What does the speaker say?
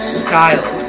style